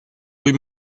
rue